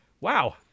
wow